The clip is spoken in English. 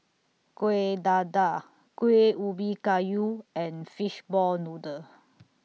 Kueh Dadar Kueh Ubi Kayu and Fishball Noodle